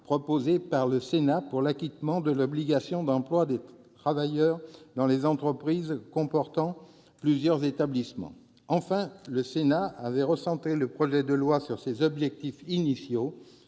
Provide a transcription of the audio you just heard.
proposé par le Sénat pour l'acquittement de l'obligation d'emploi des travailleurs dans les entreprises comportant plusieurs établissements. Enfin, le Sénat avait recentré le projet de loi sur les objectifs initiaux